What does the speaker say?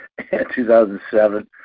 2007